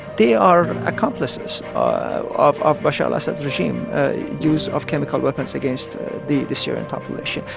they are accomplices of of bashar al-assad's regime use of chemical weapons against the the syrian population.